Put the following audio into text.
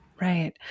Right